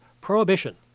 Prohibition